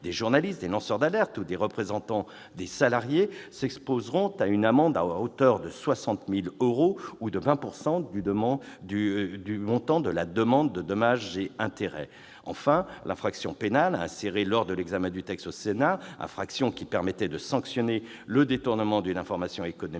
des journalistes, des lanceurs d'alerte ou des représentants des salariés s'exposeront à une amende pouvant aller jusqu'à 60 000 euros ou 20 % du montant des dommages et intérêts demandés. Enfin, l'infraction pénale insérée lors de l'examen du texte au Sénat, qui permettait de sanctionner le détournement d'une information économique